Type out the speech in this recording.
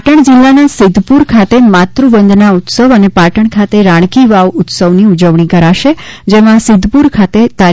પાટણ જિલ્લાના સિધ્ધપુર ખાતે માતૃવંદના ઉત્સવ અને પાટણ ખાતે રાણકીવાવ ઉત્સવની ઉજવણી કરાશે જેમાં સિધ્ધપુર ખાતે તા